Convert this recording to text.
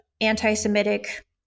anti-Semitic